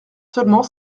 seulement